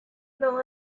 known